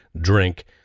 drink